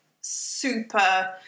super